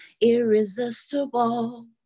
irresistible